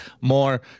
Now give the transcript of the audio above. more